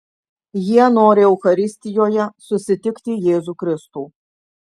jie nori eucharistijoje susitikti jėzų kristų